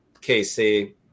KC –